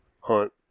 hunt